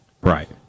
Right